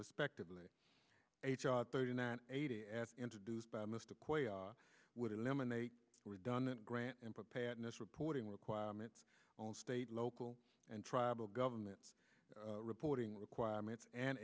respectively eight thirty nine eighty as introduced by mr quayle would eliminate redundant grant and preparedness reporting requirements on state local and tribal governments reporting requirements and